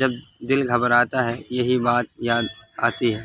جب دل گھبراتا ہے یہی بات یاد آتی ہے